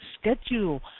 schedule